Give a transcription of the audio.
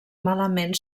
malament